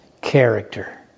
character